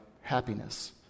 happiness